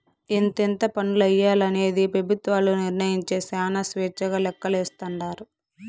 ఎంతెంత పన్నులెయ్యాలనేది పెబుత్వాలు నిర్మయించే శానా స్వేచ్చగా లెక్కలేస్తాండారు